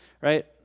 right